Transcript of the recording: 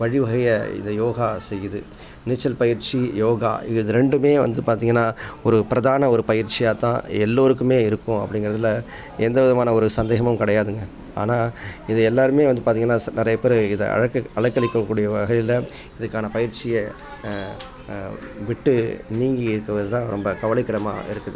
வழிவகையை இந்த யோகா செய்யுது நீச்சல் பயிற்சி யோகா இது ரெண்டுமே வந்து பார்த்தீங்கன்னா ஒரு பிரதான ஒரு பயிற்சியாகத்தான் எல்லோருக்குமே இருக்கும் அப்படிங்கிறதுல எந்த விதமான ஒரு சந்தேகமும் கிடையாதுங்க ஆனால் இது எல்லாருமே வந்து பார்த்தீங்கன்னா ச நிறையப் பேர் இதை அழக் அளிக்களிக்கக்கூடிய வகையில் இதுக்கான பயிற்சியை விட்டு நீங்கி இருக்கவர் தான் ரொம்ப கவலைக்கிடமாக இருக்குது